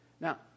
Now